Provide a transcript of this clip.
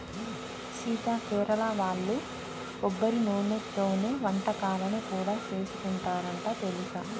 సీత కేరళ వాళ్ళు కొబ్బరి నూనెతోనే వంటకాలను కూడా సేసుకుంటారంట తెలుసా